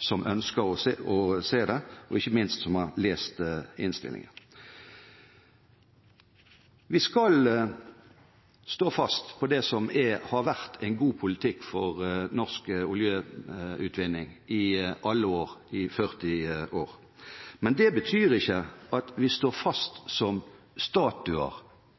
som ønsker å se det – ikke minst for dem som har lest innstillingen. Vi skal stå fast på det som har vært en god politikk for norsk oljeutvinning i alle år – i 40 år. Men det betyr ikke at vi står fast som statuer,